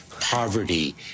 poverty